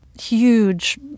huge